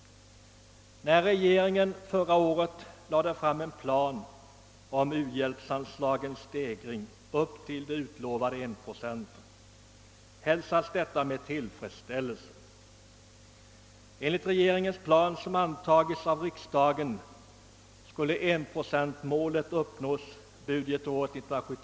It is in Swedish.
När regeringen förra året lade fram en plan för u-hjälpsanslagens höjning upp till det utlovade 1-procents målet hälsades detta med tillfredsställelse. Enligt denna plan som antagits av riksdagen skulle 1-procentsmålet uppnås budgetåret 1974/75.